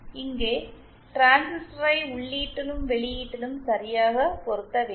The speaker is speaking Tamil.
இங்கே டிரான்சிஸ்டரை உள்ளீட்டிலும் வெளியீட்டிலும் சரியாக பொருத்த வேண்டும்